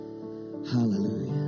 Hallelujah